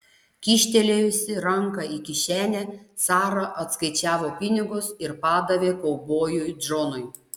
kyštelėjusi ranką į kišenę sara atskaičiavo pinigus ir padavė kaubojui džonui